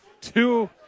Two